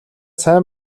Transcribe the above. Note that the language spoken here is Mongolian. сайн